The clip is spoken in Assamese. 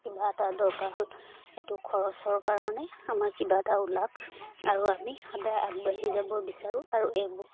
কিবা এটা দৰকাৰ হ'ল সেইটো খৰচৰ কাৰণে আমাৰ কিবা এটা ওলায় আৰু আমি সদায় আগবাঢ়ি যাব বিচাৰোঁ আৰু এইবোৰ